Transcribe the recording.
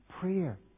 prayer